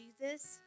Jesus